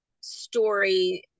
story